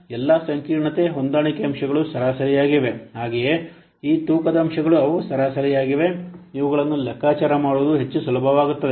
ಆದ್ದರಿಂದ ಎಲ್ಲಾ ಸಂಕೀರ್ಣತೆ ಹೊಂದಾಣಿಕೆ ಅಂಶಗಳು ಸರಾಸರಿಯಾಗಿವೆ ಹಾಗೆಯೇ ಈ ತೂಕದ ಅಂಶಗಳು ಅವು ಸರಾಸರಿಯಾಗಿವೆ ಇವುಗಳನ್ನು ಲೆಕ್ಕಾಚಾರ ಮಾಡುವುದು ಹೆಚ್ಚು ಸುಲಭವಾಗುತ್ತದೆ